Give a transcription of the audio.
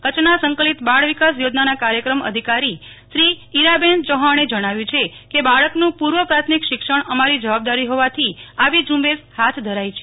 કચ્છના સંકલિત બાળ વિકાસ યોજનાના કાર્યક્રમ અધિકારી સુશ્રી ઈરાબેન ચૌહાણે જણાવ્યું છે કે બાળકનું પુર્વ પ્રાથમિક શિક્ષણ અમારી જવાબદારી હોવાથી આવી જુંબેશ હાથ ધરાઈ છે